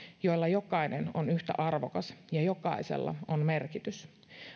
joilla jokainen on yhtä arvokas ja jokaisella on merkitys